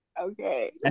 Okay